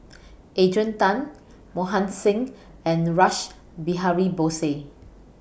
Adrian Tan Mohan Singh and Rash Behari Bose